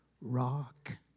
rock